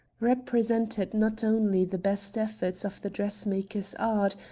represented not only the best efforts of the dressmaker's art,